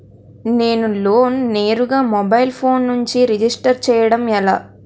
నేను లోన్ నేరుగా mobile phone నుంచి రిజిస్టర్ చేయండి ఎలా?